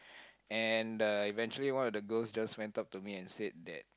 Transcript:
and the eventually one of the girls just went up to me and said that